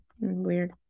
weird